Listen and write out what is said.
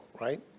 right